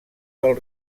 del